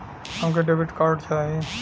हमके debit card चाही?